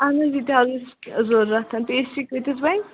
اہَن حظ یہِ تہِ حظ اوس ضروٗرت پیسٹرٛی کۭتِس بَنہِ